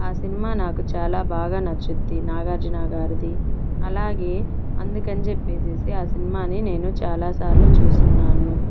ఆ సినిమా నాకు చాలా బాగా నచ్చుద్ది నాగార్జునా గారిది అలాగే అందుకని చెప్పేసేసి ఆ సినిమాని నేను చాలా సార్లు చూసున్నాను